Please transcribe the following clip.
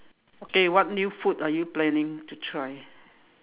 okay what new food are you planning to try